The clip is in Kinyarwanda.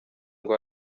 ngo